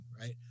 right